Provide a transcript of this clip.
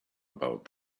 about